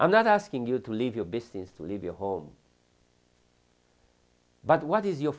i'm not asking you to leave your business to leave your home but what is your